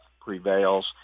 prevails